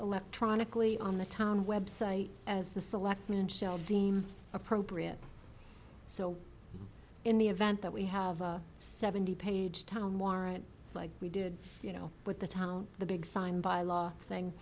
electronically on the town website as the select deem appropriate so in the event that we have a seventy page town warrant like we did you know with the time the big sign by law thing